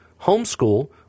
homeschool